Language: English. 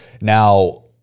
now